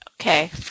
Okay